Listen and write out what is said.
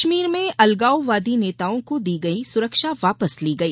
कश्मीर में अलगाववादी नेताओं को दी गई सुरक्षा वापस ली गई